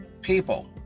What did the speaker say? people